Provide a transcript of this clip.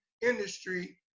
industry